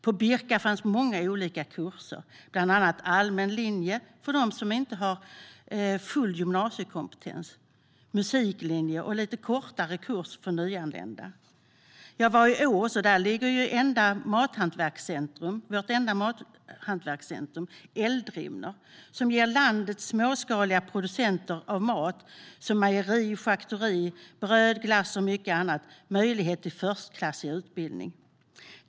På Birka finns många olika kurser, bland annat allmän linje för dem som inte har full gymnasiekompetens, musiklinje och en lite kortare kurs för nyanlända. Jag var i Ås, där vårt enda mathantverkscentrum Eldrimner ligger. Det ger landets småskaliga producenter av mat som mejeri, charkuteri, bröd, glass och mycket annat möjlighet till förstklassig utbildning.